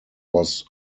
was